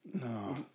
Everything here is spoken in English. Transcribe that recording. No